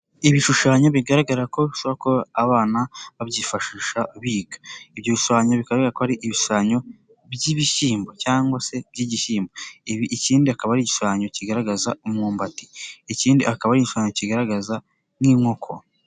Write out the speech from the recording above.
Ibishushanyo bigaragara ko shobora kuba abana babyifashisha biga, ibyo bishushanyo bikaba bigara ko ari ibishushanyo by'ibishyimbo cyangwa se by'igishyimbo, ikindi akaba ari igishushanyo kigaragaza im imyumbati, ikindi akaba ari igishushanyo kigaragaza nk'inkoko.